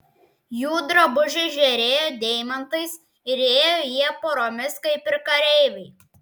jų drabužiai žėrėjo deimantais ir ėjo jie poromis kaip ir kareiviai